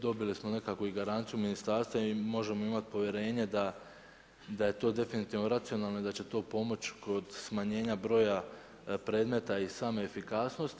Dobili smo i nekakvu garanciju ministarstva i možemo imati povjerenje da je to definitivno racionalno i da će to pomoći kod smanjenja broja predmeta i same efikasnosti.